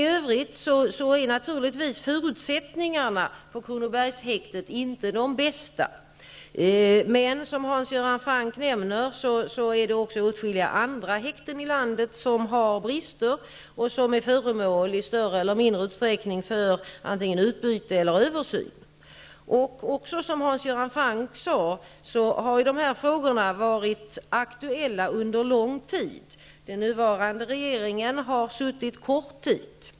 Förutsättningarna i övrigt på Kronobergshäktet är naturligtvis inte de bästa. Men, som Hans Göran Franck nämnde, är det också åtskilliga andra häkten i landet som har brister och som i större eller mindre utsträckning är föremål för antingen utbyte eller översyn. Som Hans Göran Franck också sade har dessa frågor varit aktuella under lång tid. Den nuvarande regeringen har suttit en kort tid.